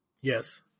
Yes